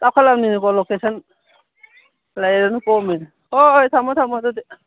ꯆꯥꯎꯈꯠꯂꯕꯅꯤꯅ ꯀꯣ ꯂꯣꯀꯦꯁꯟ ꯂꯩꯔꯕꯅꯤꯅ ꯀꯣꯝꯂꯤꯅꯤ ꯍꯣꯏ ꯍꯣꯏ ꯊꯝꯃꯣ ꯊꯝꯃꯣ ꯑꯗꯨꯗꯤ